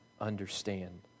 understand